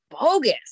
bogus